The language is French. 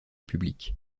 public